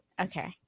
okay